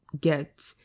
get